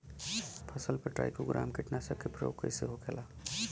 फसल पे trichogramma कीटनाशक के प्रयोग कइसे होखेला?